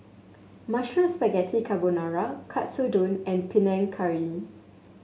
Mushroom Spaghetti Carbonara Katsudon and Panang Curry